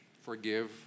forgive